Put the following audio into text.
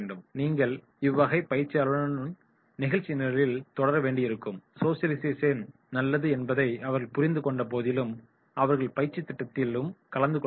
நீங்கள் இவ்வகை பங்கேற்பாளர்களுடன் நிகழ்ச்சி நிரலில் தொடர வேண்டி இருக்கும் சோசியலிசேஷன் நல்லது என்பதை அவர்கள் புரிந்து கொண்ட போதிலும் அவர்கள் பயிற்சித் திட்டத்திலும் கலந்து கொள்ள வேண்டும்